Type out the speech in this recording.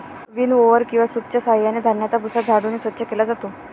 विनओवर किंवा सूपच्या साहाय्याने धान्याचा भुसा झाडून स्वच्छ केला जातो